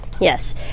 Yes